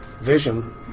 vision